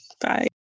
Bye